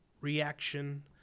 reaction